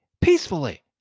peacefully